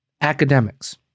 academics